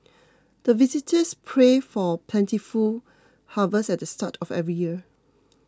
the villagers pray for plentiful harvest at the start of every year